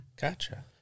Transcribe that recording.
Gotcha